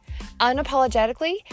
unapologetically